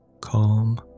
Calm